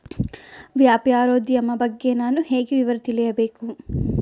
ವ್ಯಾಪಾರೋದ್ಯಮ ಬಗ್ಗೆ ನಾನು ಹೇಗೆ ವಿವರ ತಿಳಿಯಬೇಕು?